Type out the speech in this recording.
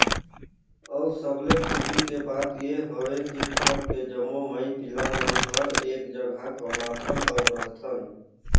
अउ सबले खुसी के बात ये हवे की घर के जम्मो माई पिला मन हर एक जघा कमाथन अउ रहथन